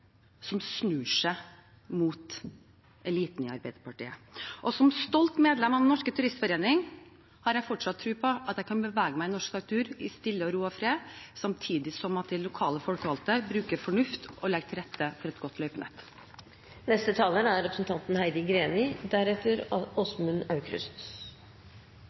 som snur seg mot eliten i Arbeiderpartiet. Som stolt medlem av Den Norske Turistforening har jeg fortsatt tro på at jeg kan bevege meg i norsk natur i stillhet, ro og fred, samtidig som de lokale folkevalgte bruker fornuft og legger til rette for et godt løypenett. For Senterpartiet handler dette først og fremst om mer lokaldemokrati. Jeg er